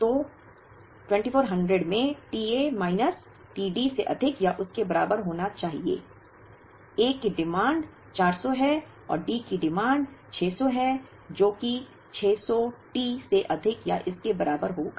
तो 2400 में t A minus t D से अधिक या उसके बराबर होना चाहिए A की डिमांड 400 है और D की डिमांड 600 है जो कि 600 T से अधिक या इसके बराबर होगा